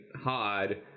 hard